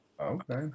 okay